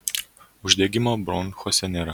uždegimo bronchuose nėra